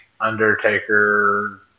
Undertaker